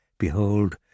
Behold